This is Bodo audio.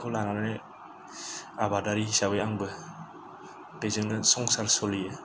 बेफोरखौ लानानै आबादारि हिसाबै आंबो बेजोंनो संसार सोलियो